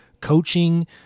coaching